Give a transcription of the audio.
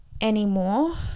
anymore